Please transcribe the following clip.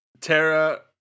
Terra